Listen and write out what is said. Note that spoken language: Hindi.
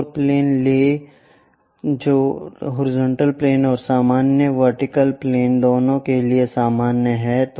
एक और प्लेन लें जो हॉरिजॉन्टल प्लेन और सामान्य वर्टिकल प्लेन दोनों के लिए सामान्य है